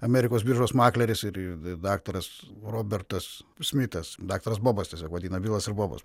amerikos biržos makleris ir daktaras robertas smitas daktaras bobas tiesiog vadina bilas ir bobas